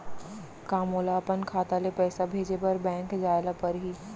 का मोला अपन खाता ले पइसा भेजे बर बैंक जाय ल परही?